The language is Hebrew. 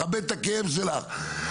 מכבד את הכאב שלך,